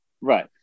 Right